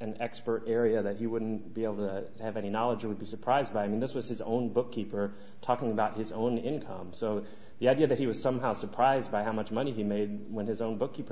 an expert area that he wouldn't be able to have any knowledge or would be surprised by i mean this was his own bookkeeper talking about his own income so the idea that he was somehow surprised by how much money he made when his own bookkeeper